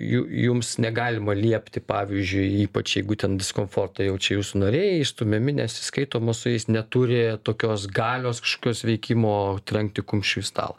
jų jums negalima liepti pavyzdžiui ypač jeigu ten diskomfortą jaučia jūsų nariai išstumiami nesiskaitoma su jais neturi tokios galios kažkokios veikimo trenkti kumščiu į stalą